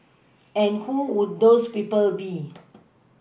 and who would those people be